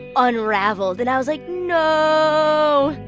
unravelled. and i was like, no.